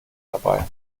dabei